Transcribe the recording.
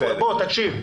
בוא, תקשיב.